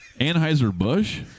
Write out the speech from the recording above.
Anheuser-Busch